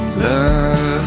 love